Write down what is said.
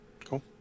Cool